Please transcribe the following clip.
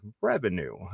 revenue